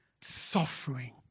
suffering